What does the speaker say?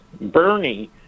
Bernie